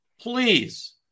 please